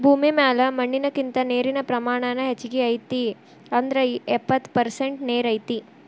ಭೂಮಿ ಮ್ಯಾಲ ಮಣ್ಣಿನಕಿಂತ ನೇರಿನ ಪ್ರಮಾಣಾನ ಹೆಚಗಿ ಐತಿ ಅಂದ್ರ ಎಪ್ಪತ್ತ ಪರಸೆಂಟ ನೇರ ಐತಿ